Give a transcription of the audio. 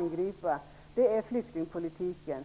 och pruta på är flyktingpolitiken!